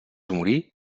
morir